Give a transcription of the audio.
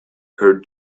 her